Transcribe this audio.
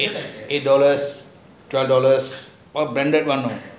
eight eight dollars twelve dollars all branded one